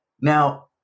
Now